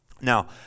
Now